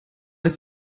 ist